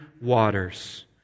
waters